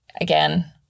again